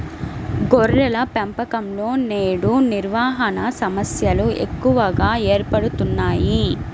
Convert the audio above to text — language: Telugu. గొర్రెల పెంపకంలో నేడు నిర్వహణ సమస్యలు ఎక్కువగా ఏర్పడుతున్నాయి